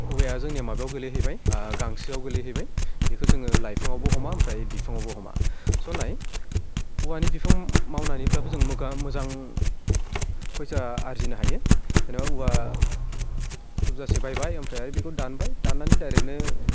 औवाया जोंनिया माबायाव गोलैहैबाय गांसोआव गोलैहैबाय बेखौ जोङो लाइफाङावबो हमा ओमफ्राय बिफाङावबो हमा स' नाय औवानि बिफां मावनानैब्लाबो जों मोजां फैसा आरजिनो हायो जेनेबा औवा थुबजासे बायबाय ओमफ्राय आरो बेखौ दानबाय दाननानै डायरेक्टनो